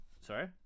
sorry